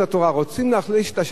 רוצים להחליש את השרשרת,